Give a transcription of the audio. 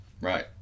Right